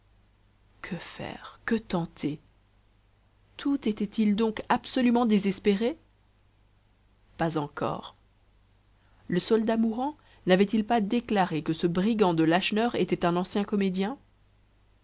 que faire que tenter tout était-il donc absolument désespéré pas encore le soldat mourant n'avait-il pas déclaré que ce brigand de lacheneur était un ancien comédien